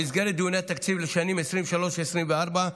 במסגרת דיוני התקציב לשנים 2023 ו-2024,